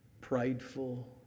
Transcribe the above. prideful